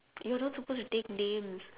you are not supposed to take names